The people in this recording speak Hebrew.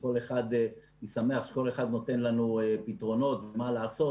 שאני שמח שכל אחד נותן לנו פתרונות ומה לעשות,